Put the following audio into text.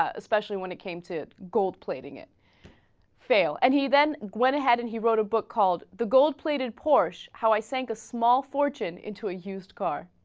ah especially when it came to gold plating it fail and he then went ahead and he wrote a book called the gold-plated porsche how i sank a small fortune into used car